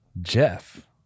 Jeff